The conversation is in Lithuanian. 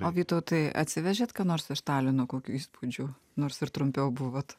o vytautai atsivežėt ką nors iš talino kokių įspūdžių nors ir trumpiau buvot